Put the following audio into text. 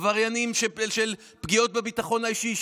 עבריינים של פגיעות בביטחון האישי,